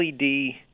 LED